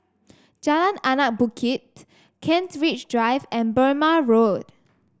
Jalan Anak Bukit Kent Ridge Drive and Burmah Road